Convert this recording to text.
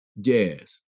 jazz